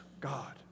God